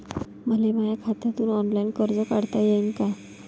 मले माया खात्यातून ऑनलाईन कर्ज काढता येईन का?